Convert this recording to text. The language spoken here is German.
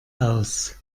aus